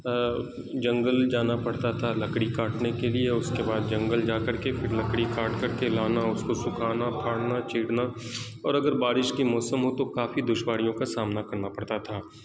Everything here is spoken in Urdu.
جنگل جانا پڑتا تھا لکڑی کاٹنے کے لیے اور اس کے بعد جنگل جا کر کے پھر لکڑی کاٹ کر کے لانا اور اس کو سکھانا پھاڑنا چیرنا اور اگر بارش کے موسم ہو تو کافی دشواریوں کا سامنا کرنا پڑتا تھا